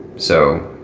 so